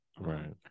Right